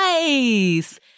Nice